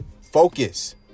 Focus